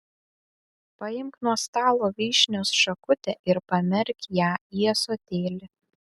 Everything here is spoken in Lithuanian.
paimk nuo stalo vyšnios šakutę ir pamerk ją į ąsotėlį